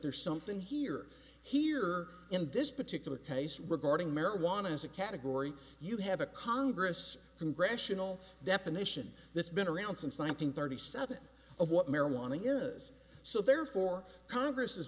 there's something here here in this particular case regarding marijuana as a category you have a congress congressional definition that's been around since one nine hundred thirty seven of what marijuana is so therefore congress has